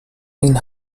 این